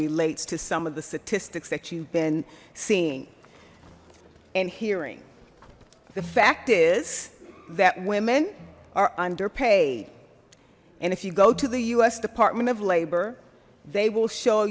relates to some of the statistics that you've been seeing and hearing the fact is that women are underpaid and if you go to the us department of labor they will show